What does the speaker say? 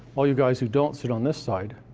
all you guys who don't sit on this side.